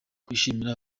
kwishimirwa